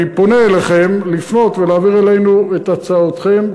אני פונה אליכם לפנות ולהעביר אלינו את הצעותיכם,